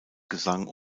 gesang